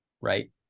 right